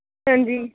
ਹਾਂਜੀ